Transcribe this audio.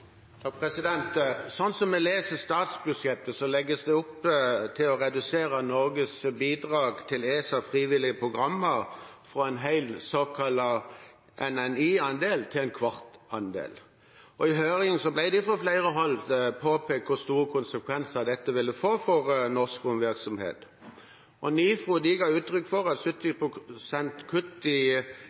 vi leser statsbudsjettet, så legges det opp til å redusere Norges bidrag til ESAs frivillige programmer fra en hel, såkalt NNI-andel til en kvart andel, og i høringen ble det fra flere hold påpekt hvor store konsekvenser dette ville få for norsk romvirksomhet. NIFRO ga uttrykk for at 70 pst. kutt i